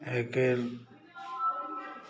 आइ काल्हि